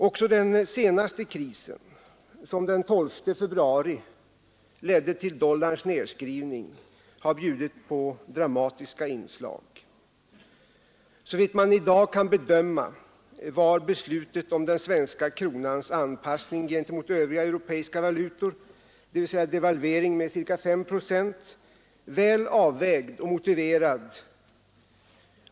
Också den senaste krisen, som den 12 februari ledde till dollarns nedskrivning, har bjudit på dramatiska inslag. Såvitt man i dag kan bedöma var beslutet om den svenska kronans anpassning gentemot övriga europeiska valutor, dvs. devalvering med ca 5 procent, väl avvägd och motiverad.